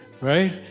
right